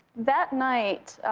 that night,